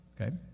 okay